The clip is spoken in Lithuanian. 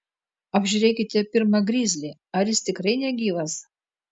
apžiūrėkite pirma grizlį ar jis tikrai negyvas